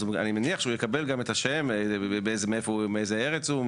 אז אני מניח שהוא יקבל גם את השם ומאיזה ארץ הוא,